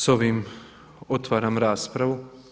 Sa ovim otvaram raspravu.